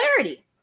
clarity